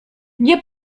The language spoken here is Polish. nie